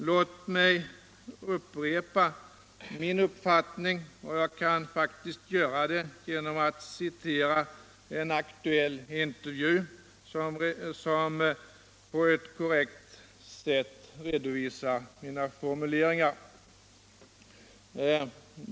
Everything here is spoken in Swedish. Låt mig upprepa min uppfattning — och jag kan faktiskt göra det genom att hänvisa till en aktuell intervju. som på ett korrekt sätt redovisar mina formuleringar.